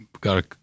got